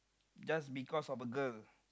just because of a girl